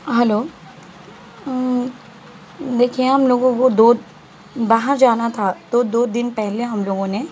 hello دیکھیے ہم لوگوں کو دو باہر جانا تھا تو دو دن پہلے ہم لوگوں نے